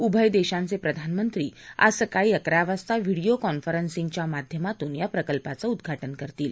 उभय देशांचे प्रधानमंत्री आज सकाळी अकरा वाजता व्हिडीओ कॉन्फरन्सिंगच्या माध्यमातून या प्रकल्पाचं उद्वा जि करतील